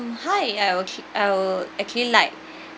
hi I'll actu~ I'll actually like